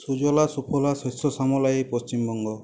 সুজলা সুফলা শস্যশ্যামলা এই পশ্চিমবঙ্গ